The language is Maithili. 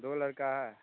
दू गो लड़का हइ